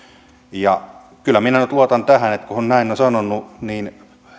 kyllä minä nyt luotan tähän että kun he näin ovat sanoneet niin